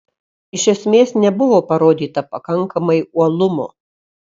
iš esmės nebuvo parodyta pakankamai uolumo